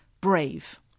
brave